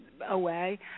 away